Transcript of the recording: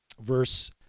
Verse